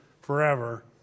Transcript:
forever